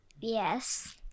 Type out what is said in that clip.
Yes